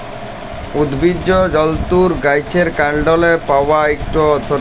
উদ্ভিজ্জ তলতুর গাহাচের কাল্ডলে পাউয়া ইকট অথ্থকারি তলতু হ্যল পাট